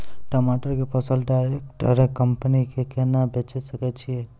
टमाटर के फसल डायरेक्ट कंपनी के केना बेचे सकय छियै?